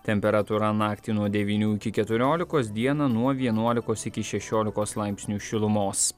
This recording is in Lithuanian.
temperatūra naktį nuo devynių iki keturiolikos dieną nuo vienuolikos iki šešiolikos laipsnių šilumos